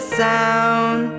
sound